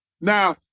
Now